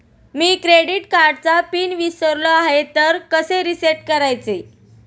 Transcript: मी credit कार्डचा pin विसरलो आहे तर कसे रीसेट करायचे?